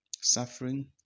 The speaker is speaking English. suffering